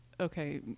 okay